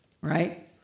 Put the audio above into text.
right